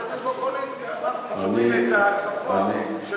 כשאנחנו בקואליציה אנחנו שומעים את ההטפות של